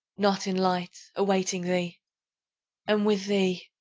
not in light, awaiting thee and with thee,